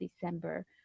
December